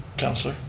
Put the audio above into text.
councilor.